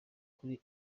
kuri